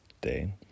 day